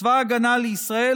צבא ההגנה לישראל,